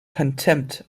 contempt